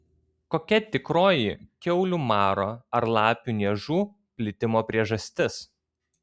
kokia tikroji kiaulių maro ar lapių niežų plitimo priežastis